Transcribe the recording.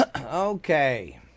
Okay